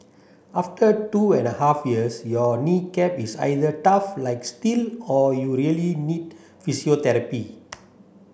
after two and a half years your knee cap is either tough like steel or you really need physiotherapy